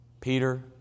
Peter